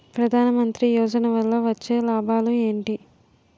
ప్రధాన మంత్రి యోజన వల్ల వచ్చే లాభాలు ఎంటి?